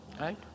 Right